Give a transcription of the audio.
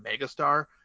megastar